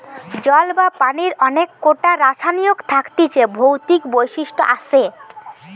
জল বা পানির অনেক কোটা রাসায়নিক থাকতিছে ভৌতিক বৈশিষ্ট আসে